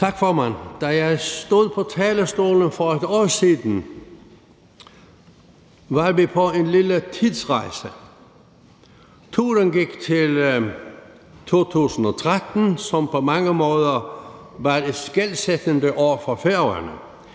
Tak, formand. Da jeg stod på talerstolen for 1 år siden, var vi på en lille tidsrejse. Turen gik til 2013, som på mange måder var et skelsættende år for Færøerne,